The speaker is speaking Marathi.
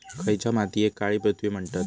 खयच्या मातीयेक काळी पृथ्वी म्हणतत?